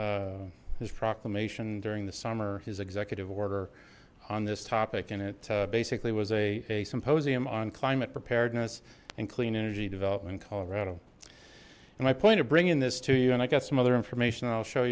is proclamation during the summer his executive order on this topic and it basically was a a symposium on climate preparedness and clean energy development colorado and my point of bringing this to you and i got some other information